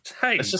Hey